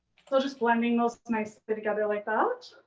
so just blending those nicely together like that.